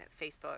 Facebook